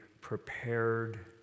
prepared